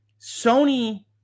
Sony